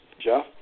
Jeff